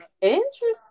Interesting